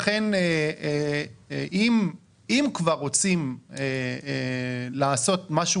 לכן אם כבר רוצים לעשות משהו,